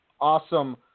awesome